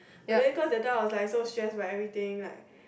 but then because that time I was like so stressed about everything